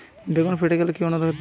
বেগুন ফেটে গেলে কি অনুখাদ্য দেবো?